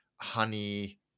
honey